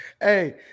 hey